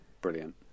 brilliant